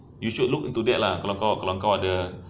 you should look into that kalau kau ada kalau kau ada